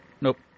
nope